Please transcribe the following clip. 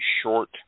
short